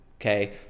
okay